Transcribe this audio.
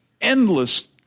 endless